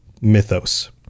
mythos